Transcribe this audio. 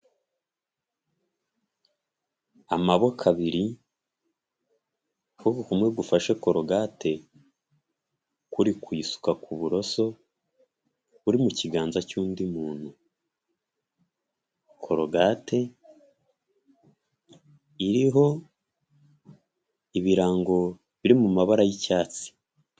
Amaboko abiri, ukuboko kumwe gufashe korogate, kuri kuyisuka ku buroso buri mu kiganza cy'undi muntu, korogate iriho ibirango biri mu mabara y'icyatsi.